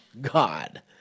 God